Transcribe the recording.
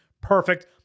perfect